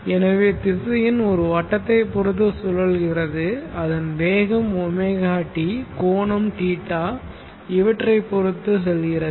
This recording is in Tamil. எனவே திசையன் ஒரு வட்டத்தை பொறுத்து சுழல்கிறது அதன் வேகம் ɷt கோணம் θ இவற்றைப் பொறுத்து செல்கிறது